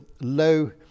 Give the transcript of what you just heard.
low